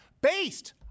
based